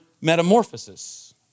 metamorphosis